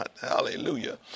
Hallelujah